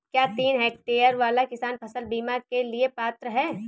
क्या तीन हेक्टेयर वाला किसान फसल बीमा के लिए पात्र हैं?